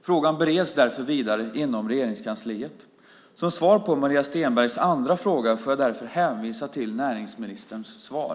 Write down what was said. Frågan bereds därför vidare inom Regeringskansliet. Som svar på Maria Stenbergs andra fråga får jag hänvisa till näringsministerns svar.